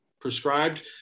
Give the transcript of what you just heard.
prescribed